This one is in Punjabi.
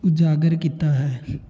ਉਜਾਗਰ ਕੀਤਾ ਹੈ